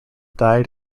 died